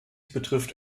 betrifft